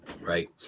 right